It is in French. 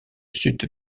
sud